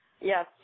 yes